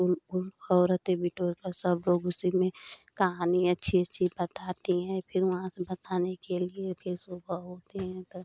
कुल कुल औरतें बटोर कर सब लोग उसी में कहानी अच्छी अच्छी बताती हैं फिर वहाँ से बताने के लिए फिर सुबह होती हैं तो